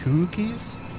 cookies